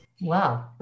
Wow